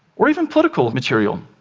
or even political material.